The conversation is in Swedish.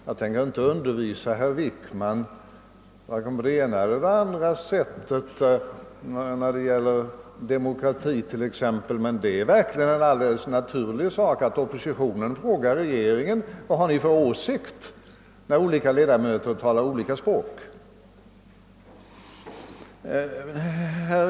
Jag tänker inte undervisa herr Wickman på vare sig det ena eller andra sättet när det gäller exempelvis demokrati, men det är verkligen en helt naturlig sak att oppositionen frågar regeringen vad den har för åsikt, när olika ledamöter talar olika språk.